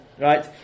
right